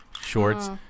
Shorts